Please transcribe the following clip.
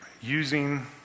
using